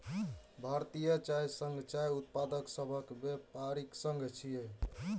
भारतीय चाय संघ चाय उत्पादक सभक व्यापारिक संघ छियै